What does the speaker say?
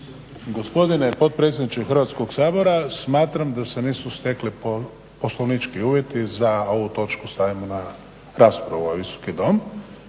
Gospodine potpredsjedniče Hrvatskog sabora smatram da se nisu stekli poslovnički uvjeti da ovu točku stavimo na raspravu u ovaj Visoki dom